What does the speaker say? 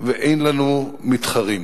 שאין לנו מתחרים.